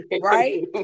right